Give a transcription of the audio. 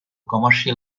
commercial